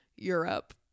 Europe